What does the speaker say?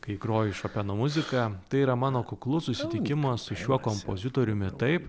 kai groju šopeno muziką tai yra mano kuklus susitikimas su šiuo kompozitoriumi taip